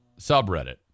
subreddit